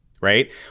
right